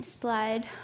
slide